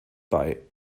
bei